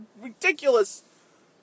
ridiculous